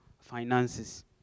finances